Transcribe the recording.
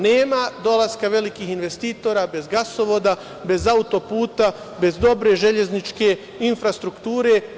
Nema dolaska velikih investitora bez gasovoda, bez auto-puta, bez dobre železničke infrastrukture.